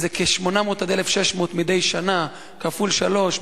אז זה 800 1,600 מדי שנה כפול שלוש,